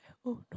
oh no